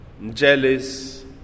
jealous